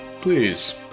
Please